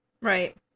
Right